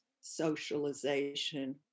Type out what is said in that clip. socialization